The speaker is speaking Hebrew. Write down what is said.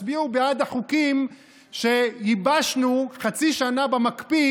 תצביעו בעד החוקים שייבשנו חצי שנה במקפיא